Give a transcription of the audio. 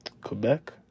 Quebec